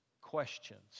questions